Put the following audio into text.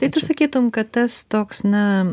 tai tu sakytum kad tas toks na